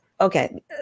Okay